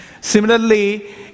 Similarly